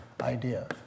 idea